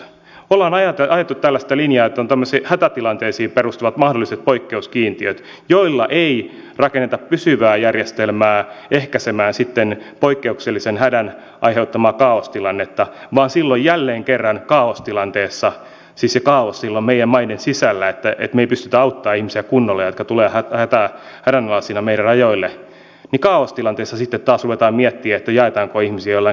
on ajettu tällaista linjaa että on tämmöiset hätätilanteisiin perustuvat mahdolliset poikkeuskiintiöt joilla ei rakenneta pysyvää järjestelmää ehkäisemään poikkeuksellisen hädän aiheuttamaa kaaostilannetta siis se kaaos on silloin meidän maidemme sisällä kun me emme pysty auttamaan kunnolla ihmisiä jotka tulevat hädänalaisina meidän rajoillemme vaan silloin kaaostilanteessa sitten taas ruvetaan miettimään jaetaanko ihmisiä jollain kiintiöillä